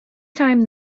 time